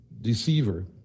deceiver